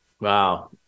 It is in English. Wow